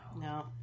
No